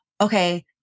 okay